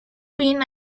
been